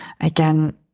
Again